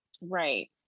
right